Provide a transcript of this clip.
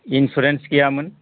insurance गैयामोन